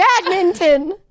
badminton